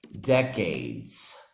decades